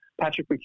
Patrick